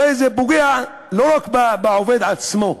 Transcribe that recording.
הרי זה פוגע לא רק בעובד עצמו,